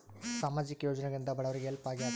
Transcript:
ಸಾಮಾಜಿಕ ಯೋಜನೆಗಳಿಂದ ಬಡವರಿಗೆ ಹೆಲ್ಪ್ ಆಗ್ಯಾದ?